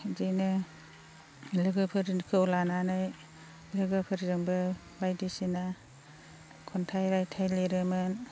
बिदिनो लोगोफोरखौ लानानै लोगोफोरजोंबो बायदिसिना खन्थाइ रायथाय लिरोमोन